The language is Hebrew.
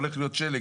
הולך להיות שלג,